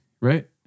Right